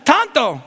Tanto